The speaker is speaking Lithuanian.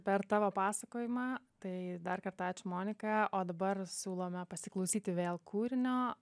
per tavo pasakojimą tai dar kartą ačiū monika o dabar siūlome pasiklausyti vėl kūrinio